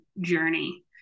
journey